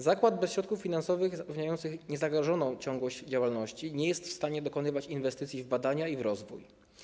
Zakład bez środków finansowych zapewniających niezagrożoną ciągłość działalności nie jest w stanie dokonywać inwestycji w badania i rozwój.